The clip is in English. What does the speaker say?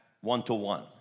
one-to-one